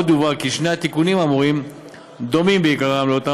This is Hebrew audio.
עוד יובהר כי שני התיקונים האמורים דומים בעיקרם לאותם